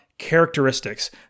characteristics